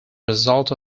result